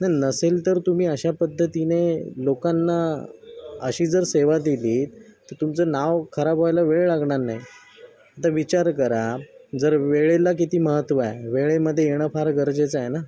नाही नसेल तर तुम्ही अशा पद्धतीने लोकांना अशी जर सेवा दिली तर तुमचं नाव खराब व्हायला वेळ लागणार नाही तर विचार करा जर वेळेला किती महत्त्व आहे वेळेमध्ये येणं फार गरजेचं आहे ना